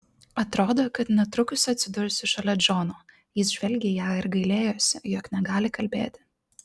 atrodo kad netrukus atsidursiu šalia džono jis žvelgė į ją ir gailėjosi jog negali kalbėti